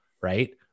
Right